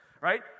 Right